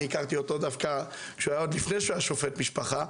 אני הכרתי אותו דווקא לפני שהוא היה שופט משפחה.